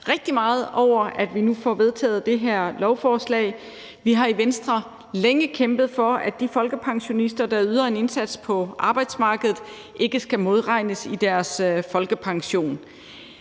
rigtig meget over, at vi nu får vedtaget det her lovforslag. Vi har i Venstre længe kæmpet for, at de folkepensionister, der yder en indsats på arbejdsmarkedet, ikke skal modregnes i deres folkepension.